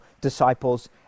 disciples